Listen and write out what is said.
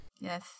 Yes